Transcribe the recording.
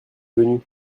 venu